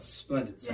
splendid